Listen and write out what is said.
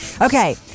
Okay